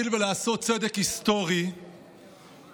התשפ"ג 2022,